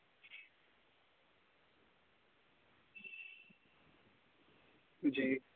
जी